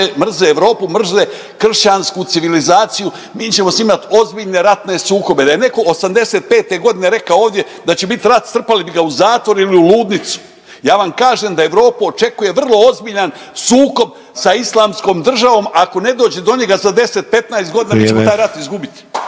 mrze Europu, mrze kršćansku civilizaciju, mi ćemo s njima imat ozbiljne ratne sukobe. Da je netko '85. g. rekao ovdje da će bit rat, strpali bi ga u zatvor ili u ludnicu. Ja vam kažem da Europu očekuje vrlo ozbiljan sukob sa Islamskom državom ako ne dođe do njega za 10, 15 godina… .../Upadica: